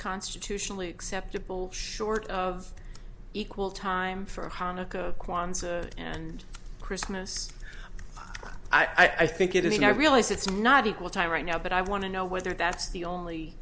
constitutionally acceptable short of equal time for hanukkah kwanzaa and christmas i think it is and i realize it's not equal time right now but i want to know whether that's the only